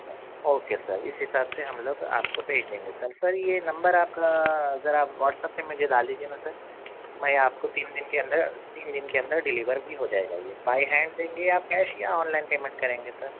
okay sir اس حساب سے ہم لوگ آپ کو بھیج دیں گے سر سر یہ نمبر آپ کا ذرا واٹس اپ پر مجھے دال دیجیے میسیج میں آپ کو تین دن کے اندر تین دن کے اندر ڈلیور بھی ہو جائے گا یہ بائی ہینڈ دیں گے آپ کیش یا آن لائن پیمنٹ کریں گے سر